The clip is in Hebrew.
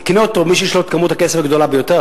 יקנה אותו מי שיש לו את כמות הכסף הגדולה ביותר,